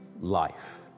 life